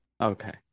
Okay